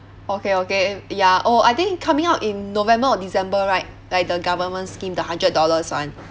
okay okay ya oh I think coming out in november or december right like the government scheme the hundred dollars one